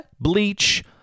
Bleach